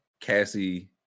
Cassie